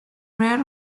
rare